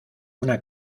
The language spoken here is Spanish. una